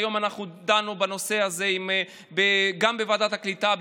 היום דנו בנושא הזה גם בוועדת הקליטה,